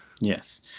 Yes